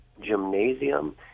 gymnasium